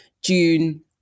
June